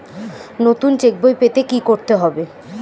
নতুন চেক বই পেতে কী করতে হবে?